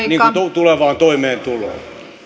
tulevaan toimeentuloon